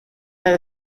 that